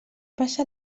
passa